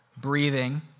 breathing